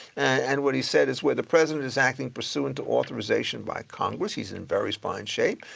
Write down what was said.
and what he said is where the president is acting pursuant to authorization by congress he's in very fine shape,